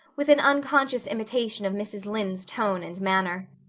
with an unconscious imitation of mrs. lynde's tone and manner.